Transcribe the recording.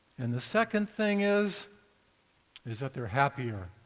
and the second thing is is that they are happier,